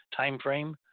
timeframe